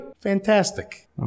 fantastic